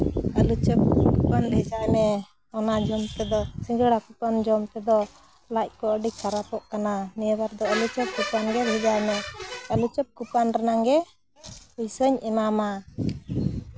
ᱟᱹᱞᱩ ᱪᱚᱯ ᱠᱩᱯᱚᱱ ᱵᱷᱮᱡᱟᱭ ᱢᱮ ᱚᱱᱟ ᱡᱚᱢ ᱛᱮᱫᱚ ᱥᱤᱸᱜᱟᱹᱲᱟ ᱡᱚᱢ ᱛᱮᱫᱚ ᱞᱟᱡ ᱠᱚ ᱟᱹᱰᱤ ᱠᱷᱟᱨᱟᱯᱚᱜ ᱠᱟᱱᱟ ᱱᱤᱭᱟᱹ ᱵᱟᱨ ᱫᱚ ᱟᱹᱞᱩ ᱪᱚᱯ ᱠᱩᱯᱚᱱ ᱜᱮ ᱵᱷᱮᱡᱟᱭ ᱢᱮ ᱟᱹᱞᱩ ᱪᱚᱯ ᱠᱩᱯᱚᱱ ᱨᱮᱱᱟᱝ ᱜᱮ ᱯᱩᱭᱥᱟᱹᱧ ᱮᱢᱟᱢᱟ